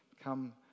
come